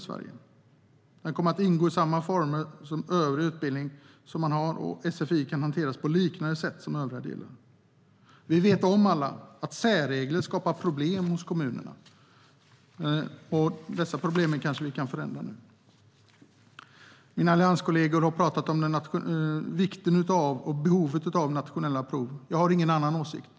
Sfi kommer att ingå i samma former som övrig utbildning och kunna hanteras på liknande sätt som övriga delar. Vi vet att särregler skapar problem i kommunerna. Det kanske vi kan ändra på nu. Mina allianskollegor har talat om vikten av och behovet av nationella prov. Jag har ingen annan åsikt.